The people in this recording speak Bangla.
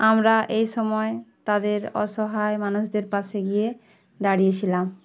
আমরা এই সময় তাদের অসহায় মানুষদের পাশে গিয়ে দাঁড়িয়েছিলাম